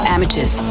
Amateurs